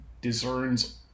discerns